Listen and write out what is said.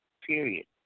Period